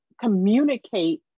communicate